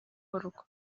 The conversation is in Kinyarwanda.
gukorwa